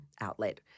outlet